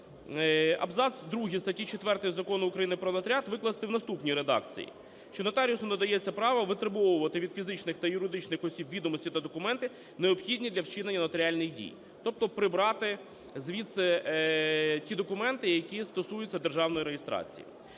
абзац другий статті 4 Закону України "Про нотаріат" викласти в наступній редакції: що нотаріусу надається право витребовувати від фізичних та юридичних осіб відомості та документи, необхідні для вчинення нотаріальних дій. Тобто прибрати звідси ті документи, які стосуються державної реєстрації.